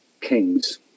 King's